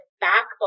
backbone